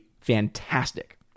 fantastic